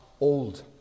old